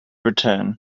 return